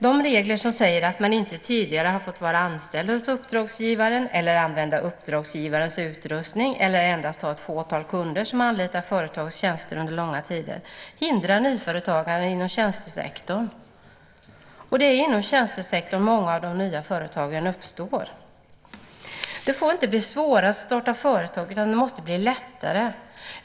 De regler som säger att man inte tidigare får ha varit anställd hos uppdragsgivaren eller använda uppdragsgivarens utrustning eller endast ha ett fåtal kunder som anlitar företagets tjänster under långa tider hindrar nyföretagande inom tjänstesektorn. Det är inom tjänstesektorn som många av de nya företagen uppstår. Det får inte bli svårare att starta företag. Det måste bli lättare.